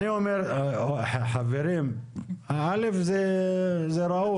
אני אומר, חברים, א' זה ראוי.